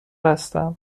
هستم